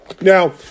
Now